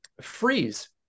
Freeze